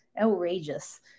Outrageous